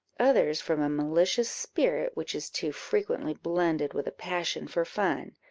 others from a malicious spirit which is too frequently blended with a passion for fun.